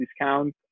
discount